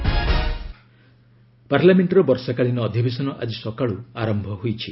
monsoon session ପାର୍ଲାମେଣ୍ଟର ବର୍ଷା କାଳୀନ ଅଧିବେଶନ ଆଜି ସକାଳୁ ଆରମ୍ଭ ହୋଇଛି